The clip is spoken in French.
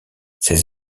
ces